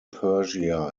persia